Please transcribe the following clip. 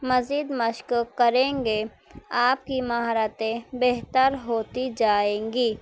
مزید مشق کریں گے آپ کی مہارتیں بہتر ہوتی جائیں گی